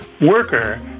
worker